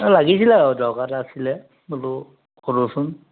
লাগিছিলে আৰু দৰকাৰ এটা আছিলে বোলো সোধোচোন